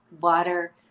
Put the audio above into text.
water